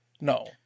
No